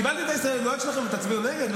קיבלתי את ההסתייגויות שלכם ותצביעו נגד?